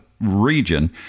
region